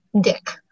dick